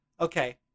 okay